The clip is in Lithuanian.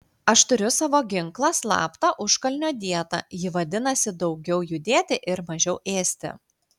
aš turiu savo ginklą slaptą užkalnio dietą ji vadinasi daugiau judėti ir mažiau ėsti